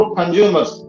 consumers